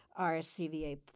RSCVA